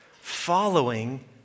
following